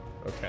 okay